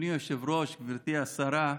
אדוני היושב-ראש, גברתי השרה,